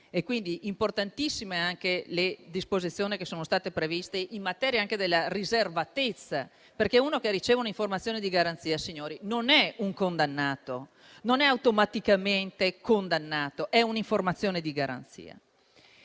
Sono importantissime anche le disposizioni che sono state previste in materia di riservatezza, perché chi riceve un'informazione di garanzia, signori, non è automaticamente condannato; è solo un'informazione di garanzia.